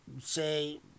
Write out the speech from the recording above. say